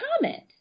comment